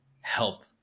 help